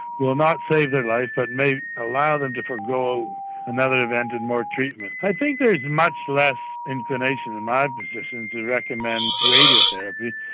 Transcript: will not save their life, but maybe allow them to forego another event and more treatment. i think there is much less inclination in my position to recommend radiotherapy.